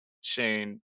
shane